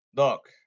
Look